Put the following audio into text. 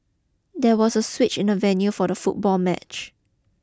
there was a switch in the venue for the football match